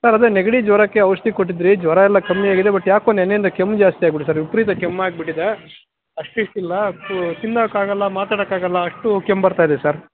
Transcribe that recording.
sir ಅದೆ ನೆಗಡಿ ಜ್ವರಕ್ಕೆ ಔಷಧಿ ಕೊಟ್ಟಿದ್ರಿ ಜ್ವರ ಎಲ್ಲ ಕಮ್ಮಿ ಆಗಿದೆ ಬಟ್ ಯಾಕೋ ನೆನ್ನೆಯಿಂದ ಕೆಮ್ಮು ಜಾಸ್ತಿ ಆಗಿಬಿಟ್ಟಿದೆ ಸರ್ ವಿಪರೀತ ಕೆಮ್ಮು ಆಗಿಬಿಟ್ಟಿದೆ ಅಷ್ಟು ಇಷ್ಟು ಇಲ್ಲ ಅಷ್ಟು ತಿನ್ನೋಕ್ಕಾಗಲ್ಲ ಮಾತಾಡೋಕ್ಕಾಗಲ್ಲ ಅಷ್ಟು ಕೆಮ್ಮು ಬರ್ತಾಯಿದೆ ಸರ್